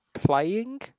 playing